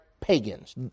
pagans